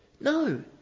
No